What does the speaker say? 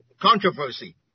controversy